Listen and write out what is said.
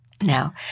now